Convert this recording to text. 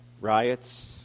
riots